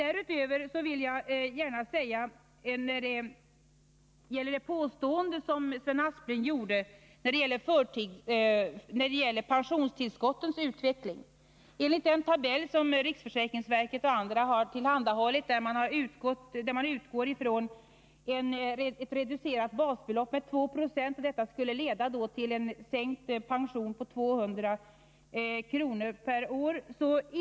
Jag vill sedan kommentera det påstående som Sven Aspling gjorde om pensionstillskottens utveckling. I den tabell som riksförsäkringsverket och andra tillhandahållit utgår man från ett med 2 Zo reducerat basbelopp, och detta skulle leda till en sänkt pension på 200 kr. per år.